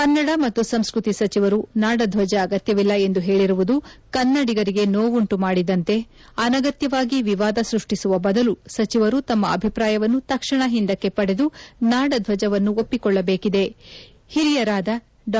ಕನ್ನಡ ಮತ್ತು ಸಂಸ್ಕೃತಿ ಸಚಿವರು ನಾಡಧ್ವಜ ಅಗತ್ಯವಿಲ್ಲ ಎಂದು ಹೇಳಿರುವುದು ಕನ್ನಡಿಗರಿಗೆ ನೋವುಂಟು ಮಾಡಿದಂತೆ ಅನಗತ್ಯವಾಗಿ ವಿವಾದ ಸೃಷ್ಟಿಸುವ ಬದಲು ಸಚಿವರು ತಮ್ಮ ಅಭಿಪ್ರಾಯವನ್ನು ತಕ್ಷಣ ಹಿಂದಕ್ಕೆ ಪಡೆದು ನಾಡಧ್ವಜವನ್ನು ಒಪ್ಪಿಕೊಳ್ಳಬೇಕಿದೆ ಹಿರಿಯರಾದ ಡಾ